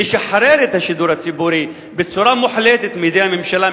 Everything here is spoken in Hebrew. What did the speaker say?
לשחרר את השידור הציבורי בצורה מוחלטת מידי הממשלה,